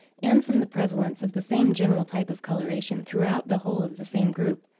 and from the prevalence of the same general type of coloration throughout the whole of the same group,